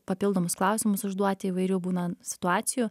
papildomus klausimus užduoti įvairių būna situacijų